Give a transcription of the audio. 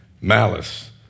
malice